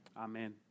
Amen